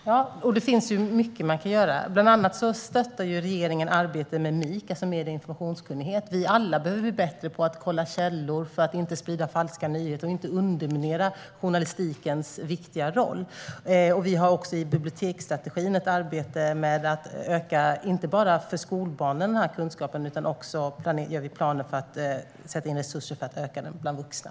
Herr talman! Det finns mycket man kan göra. Bland annat stöttar regeringen arbetet med MIK, alltså medie och informationskunnighet. Vi behöver alla bli bättre på att kolla källor för att inte sprida falska nyheter och inte underminera journalistikens viktiga roll. I biblioteksstrategin har vi dessutom inte bara ett arbete med att öka kunskapen hos skolbarnen utan också planer på att sätta in resurser för att öka kunskapen hos vuxna.